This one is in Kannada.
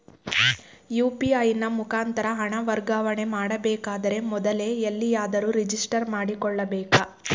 ಯು.ಪಿ.ಐ ನ ಮುಖಾಂತರ ಹಣ ವರ್ಗಾವಣೆ ಮಾಡಬೇಕಾದರೆ ಮೊದಲೇ ಎಲ್ಲಿಯಾದರೂ ರಿಜಿಸ್ಟರ್ ಮಾಡಿಕೊಳ್ಳಬೇಕಾ?